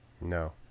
No